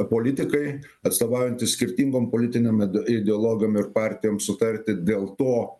politikai atstovaujantys skirtingom politinėm ide ideologijom ir partijom sutarti dėl to